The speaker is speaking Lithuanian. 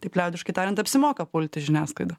taip liaudiškai tariant apsimoka pulti žiniasklaidą